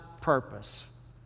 purpose